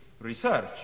research